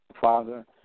father